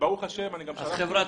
אני גם שלחתי